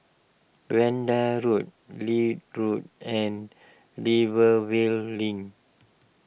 Vanda Road Leith Road and Rivervale Link